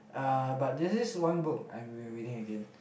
uh but this this one book I've been reading again